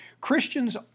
Christians